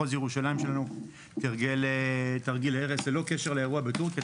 מחוז ירושלים שלנו תרגל תרגיל הרס ללא קשר לאירוע בטורקיה,